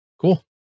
cool